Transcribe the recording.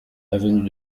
avenue